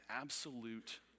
absolute